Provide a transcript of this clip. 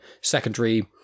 Secondary